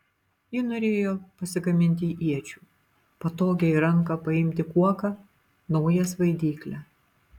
ji norėjo pasigaminti iečių patogią į ranką paimti kuoką naują svaidyklę